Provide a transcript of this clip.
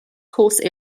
course